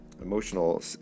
emotional